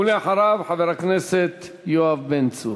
ואחריו, חבר הכנסת יואב בן צור.